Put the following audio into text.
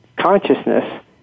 consciousness